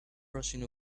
rushing